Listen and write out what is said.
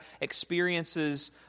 experiences